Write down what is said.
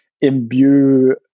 imbue